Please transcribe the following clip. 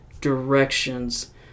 directions